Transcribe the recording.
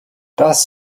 das